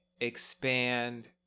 expand